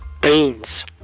Beans